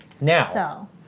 Now